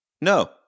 No